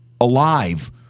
alive